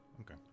okay